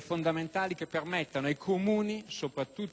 fondamentali che permettono ai Comuni - soprattutto a quelli piccoli